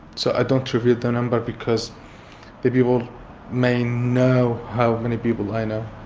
so i don't reveal the number because the people may know how many people i know.